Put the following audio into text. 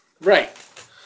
right